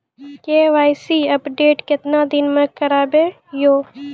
KYC update केतना दिन मे करेबे यो?